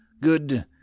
Good